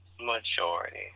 majority